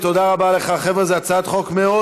אתה בוודאי יודע שהצעת החוק שאני מציע